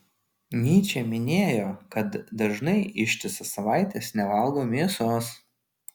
nyčė minėjo kad dažnai ištisas savaites nevalgo mėsos